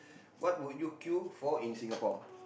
what would you kill for in Singapore